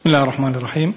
בסם אללה א-רחמאן א-רחים.